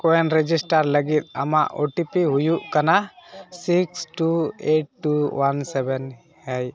ᱠᱳᱭᱮᱱ register ᱞᱟᱹᱜᱤᱫ ᱟᱢᱟᱜ O T P ᱦᱩᱭᱩᱜ ᱠᱟᱱᱟ six two eight two one seven ᱦᱮᱡ